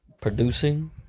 producing